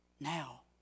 now